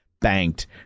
banked